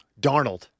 Darnold